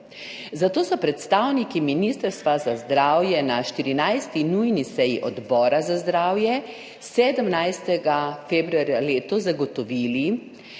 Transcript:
zato so predstavniki Ministrstva za zdravje na 14. nujni seji Odbora za zdravje 17. februarja letos zagotovili,